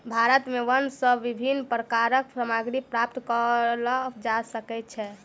भारत में वन सॅ विभिन्न प्रकारक सामग्री प्राप्त कयल जा सकै छै